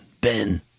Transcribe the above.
Ben